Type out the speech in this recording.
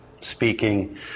speaking